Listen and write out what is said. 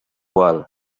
wall